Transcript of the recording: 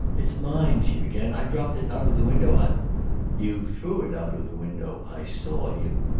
it's mine, she began. i dropped it out of the window. i you threw it out of the window. i saw you.